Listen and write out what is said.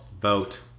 Vote